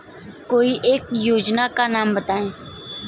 कोई एक योजना का नाम बताएँ?